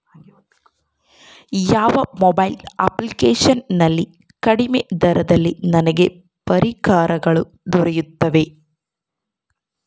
ಯಾವ mobile application ನಲ್ಲಿ ಕಡಿಮೆ ದರದಲ್ಲಿ ನನಗೆ ಪರಿಕರಗಳು ದೊರೆಯುತ್ತವೆ?